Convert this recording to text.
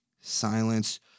silence